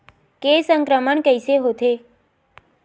के संक्रमण कइसे होथे?